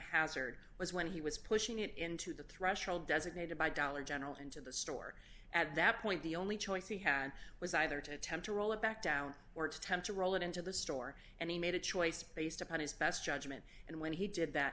hazard was when he was pushing it into the threshold designated by dollar general into the store at that point the only choice he had was either to attempt to roll it back down or to attempt to roll it into the store and he made a choice based upon his best judgment and when he did that